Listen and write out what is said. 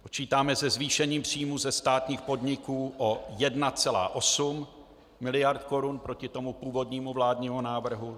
Počítáme se zvýšením příjmů ze státních podniků o 1,8 mld. korun proti původnímu vládnímu návrhu.